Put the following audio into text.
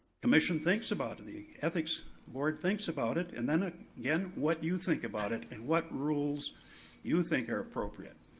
commission thinks about it, the ethics board thinks about it, and then ah again, what you think about it and what rules you think are appropriate.